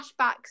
flashbacks